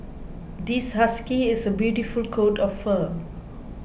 this husky has a beautiful coat of fur